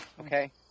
okay